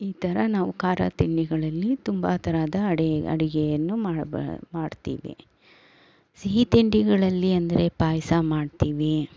ಈ ಥರ ನಾವು ಖಾರ ತಿಂಡಿಗಳಲ್ಲಿ ತುಂಬ ತರಹದ ಅಡಿಗೆ ಅಡಿಗೆಯನ್ನು ಮಾಡ್ತೀವಿ ಸಿಹಿ ತಿಂಡಿಗಳಲ್ಲಿ ಅಂದರೆ ಪಾಯಸ ಮಾಡ್ತೀವಿ